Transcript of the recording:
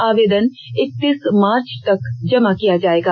आवेदन इक्तीस मार्च तक जमा किया जायेगा